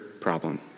problem